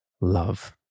love